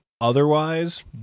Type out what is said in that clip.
otherwise